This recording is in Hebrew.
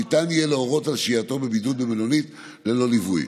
ניתן יהיה להורות על שהייתו בבידוד במלונית ללא ליווי.